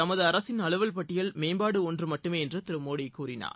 தமது அரசின் அலுவல் பட்டியல் மேம்பாடு ஒன்று மட்டுமே என்று திரு மோடி கூறினார்